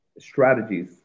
Strategies